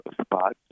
spots